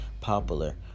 popular